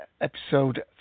episode